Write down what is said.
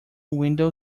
window